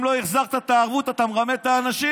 אם לא החזרת את הערבות, אתה מרמה את האנשים,